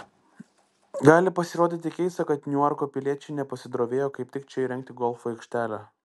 gali pasirodyti keista kad niuarko piliečiai nepasidrovėjo kaip tik čia įrengti golfo aikštelę